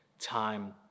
time